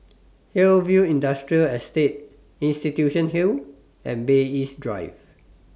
Hillview Industrial Estate Institution Hill and Bay East Drive